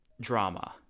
drama